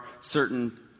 certain